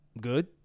good